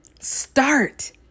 Start